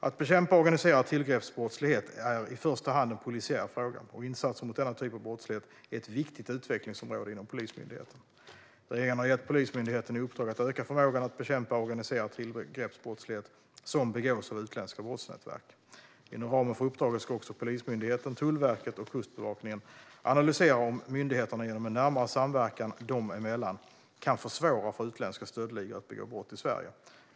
Att bekämpa organiserad tillgreppsbrottslighet är i första hand en polisiär fråga, och insatser mot denna typ av brottslighet är ett viktigt utvecklingsområde inom Polismyndigheten. Regeringen har gett Polismyndigheten i uppdrag att öka förmågan att bekämpa organiserad tillgreppsbrottslighet som begås av utländska brottsnätverk. Inom ramen för uppdraget ska också Polismyndigheten, Tullverket och Kustbevakningen analysera om myndigheterna genom en närmare samverkan dem emellan kan försvåra för utländska stöldligor att begå brott i Sverige.